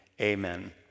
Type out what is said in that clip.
amen